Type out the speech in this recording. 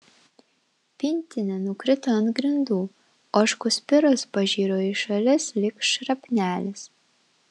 pintinė nukrito ant grindų ožkų spiros pažiro į šalis lyg šrapnelis